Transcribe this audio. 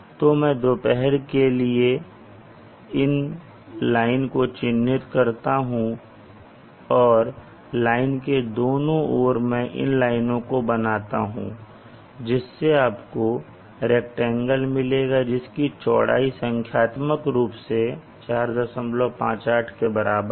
तो मैं दोपहर के लिए इस लाइन को चिह्नित करता हूं और लाइन के दोनों ओर मैं इन लाइनों को बनाता हूं जिससे आपको रैक्टेंगल मिलेगा जिसकी चौड़ाई संख्यात्मक रूप से 458 के बराबर है